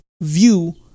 view